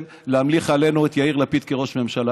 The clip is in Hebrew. להמליך עלינו את יאיר לפיד כראש ממשלה.